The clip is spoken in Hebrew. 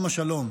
עם השלום.